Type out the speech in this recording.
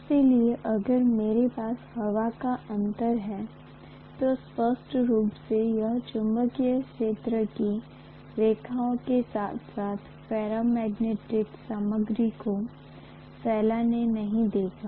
इसलिए अगर मेरे पास हवा का अंतर है तो स्पष्ट रूप से यह चुंबकीय क्षेत्र की रेखाओं के साथ साथ फेरोमैग्नेटिक सामग्री को फैलने नहीं देगा